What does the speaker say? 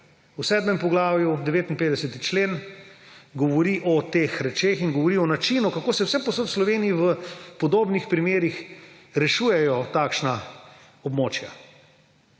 V 7. poglavju 59. člen govori o teh rečeh in govori o načinu, kako se vsepovsod v Sloveniji v podobnih primerih rešujejo takšna območja.